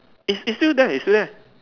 is is still there is still there